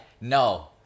no